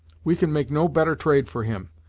we can make no better trade for him,